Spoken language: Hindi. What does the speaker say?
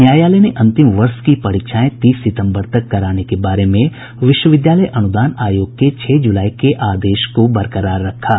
न्यायालय ने अंतिम वर्ष की परीक्षाएं तीस सितंबर तक कराने के बारे में विश्वविद्यालय अनुदान आयोग के छह जुलाई के आदेश को बरकरार रखा है